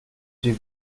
die